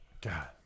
God